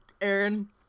Aaron